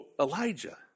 Elijah